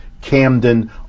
Camden